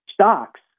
Stocks